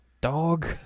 Dog